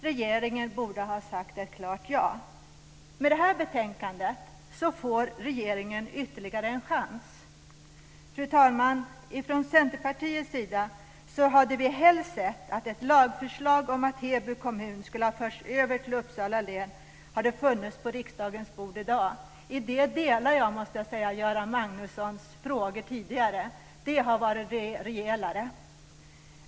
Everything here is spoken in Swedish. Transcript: Regeringen borde ha sagt ett klart ja. Med det här betänkandet får regeringen ytterligare en chans. Fru talman! Från Centerpartiets sida hade vi helst sett att ett lagförslag om att föra över Heby kommun till Uppsala län hade funnits på riksdagens bord i dag. I det måste jag säga att jag instämmer i Göran Magnussons frågor tidigare. Det hade varit rejälare.